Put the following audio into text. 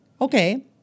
okay